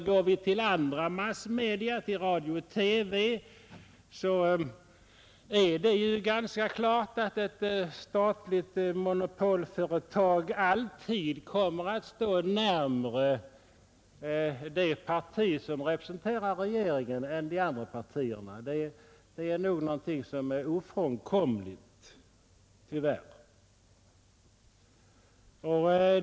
Går vi till andra massmedia, till radio och TV, är det nämligen ganska klart att ett statligt monopolföretag alltid kommer att stå närmare det parti som representerar regeringen än de andra partierna. Det är nog tyvärr ofrånkomligt.